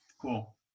Cool